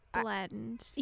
blend